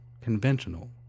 conventional